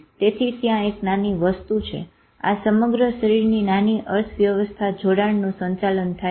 તેથી ત્યાં એક નાની વસ્તુ છે આ સમગ્ર શરીરની નાની અર્થવ્યવસ્થા જોડાણનું સંચાલન થાય છે